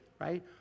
Right